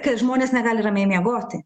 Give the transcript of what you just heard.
kad žmonės negali ramiai miegoti